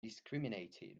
discriminated